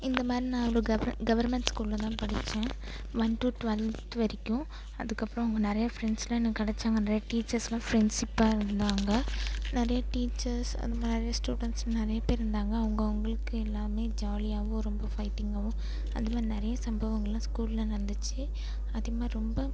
இந்த மாதிரி நான் ஒரு கவர் கவர்மெண்ட் ஸ்கூலில் தான் படித்தேன் ஒன் டூ ட்வெல்த் வரைக்கும் அதுக்கப்புறம் அங்கே நிறைய ஃப்ரெண்ட்ஸ்லாம் எனக்கு கிடச்சாங்க நிறைய டீச்சர்ஸ்லாம் ஃப்ரெண்ட்ஷிப்பாக இருந்தாங்க நிறைய டீச்சர்ஸ் அந்தமாதிரி நிறைய ஸ்டூடண்ட்ஸ் நிறைய பேர் இருந்தாங்க அவங்கவுங்களுக்கு எல்லாம் ஜாலியாகவும் ரொம்ப ஃபைட்டிங்காவும் அந்தமாதிரி நிறைய சம்பவங்கள்லாம் ஸ்கூலில் நடந்துச்சு அதேமாதிரி ரொம்ப